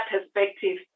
perspective